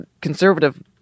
Conservative